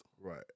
Right